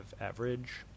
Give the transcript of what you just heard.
average